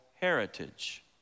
heritage